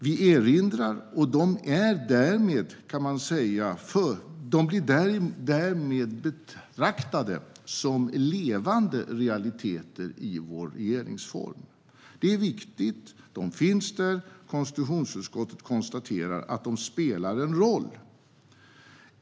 Vi erinrar, och de blir därmed, kan man väl säga, betraktade som levande realiteter i vår regeringsform. Det är viktigt. De finns där. Konstitutionsutskottet konstaterar att de spelar en roll.